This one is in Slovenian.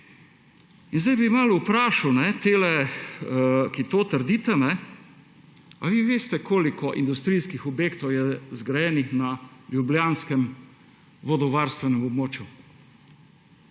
Zdaj bi malo vprašal te, ki to trdite. Ali vi veste, koliko industrijskih objektov je zgrajenih na ljubljanskem vodovarstvenem območju?